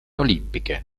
olimpiche